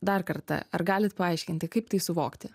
dar kartą ar galit paaiškinti kaip tai suvokti